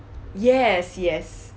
yes yes